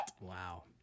Wow